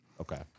okay